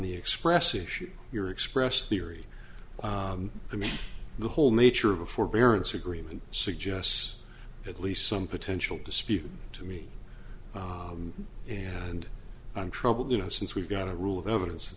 the express issue your expressed theory to me the whole nature of the forbearance agreement suggests at least some potential to speak to me and i'm troubled you know since we've got a rule of evidence that